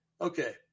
Okay